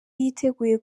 yiteguye